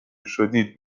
شدید